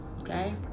Okay